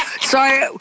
sorry